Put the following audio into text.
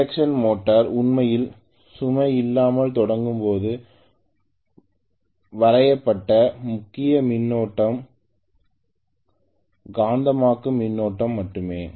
induction motor உண்மையில் சுமை இல்லாமல் தொடங்கும் போது வரையப்பட்ட முக்கிய மின்னோட்டம் காந்தமாக்கும் மின்னோட்டம் மட்டுமே